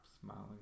smiling